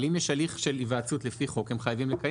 אבל אם יש הליך של היוועצות לפי חוק הם חייבים לקיים